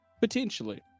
Potentially